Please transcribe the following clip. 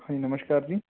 hello ਨਮਸਕਾਰ ਜੀ